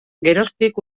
geroztik